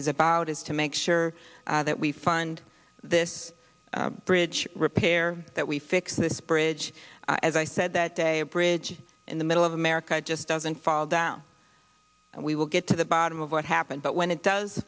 is about is to make sure that we fund this bridge repair that we fix this bridge as i said that day a bridge in the middle of america just doesn't fall down and we will get to the bottom of what happened but when it does